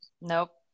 Nope